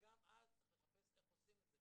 וגם אז צריך לחפש איך עושים את זה,